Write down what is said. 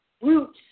roots